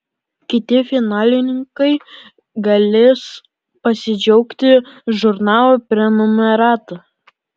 kiti finalininkai galės pasidžiaugti žurnalo prenumerata